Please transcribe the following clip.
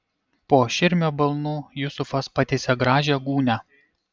po širmio balnu jusufas patiesė gražią gūnią